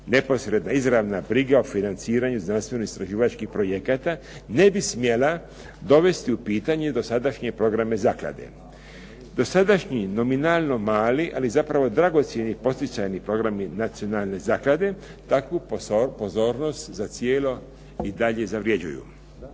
neposredna, izravna briga o financiranju znanstveno-istraživačkih projekata ne bi smjela dovesti u pitanje dosadašnje programe zaklade. Dosadašnji nominalno mali, ali zapravo dragocjeni poticajni programi nacionalne zaklade takvu pozornost zacijelo i dalje zavređuju.